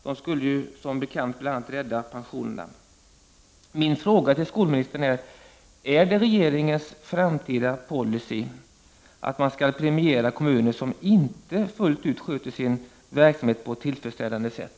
De skulle ju som bekant bl.a. rädda pensionerna. Min fråga till skolministern är: Är det regeringens framtida policy att man skall premiera kommuner som inte fullt ut sköter sin verksamhet på ett tillfredsställande sätt?